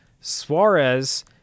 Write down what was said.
Suarez